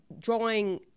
drawing